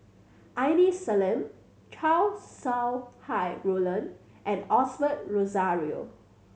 Aini Salim Chow Sau Hai Roland and Osbert Rozario